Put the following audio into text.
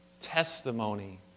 testimony